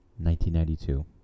1992